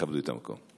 תכבדו את המקום.